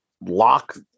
lock